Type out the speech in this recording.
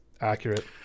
accurate